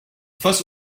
face